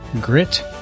Grit